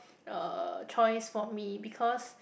uh choice for me because